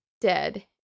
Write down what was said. dead